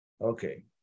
Okay